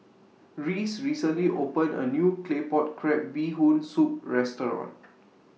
Reese recently opened A New Claypot Crab Bee Hoon Soup Restaurant